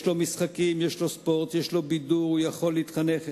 יש לו משחקים, ספורט, בידור, והוא יכול להתחנך.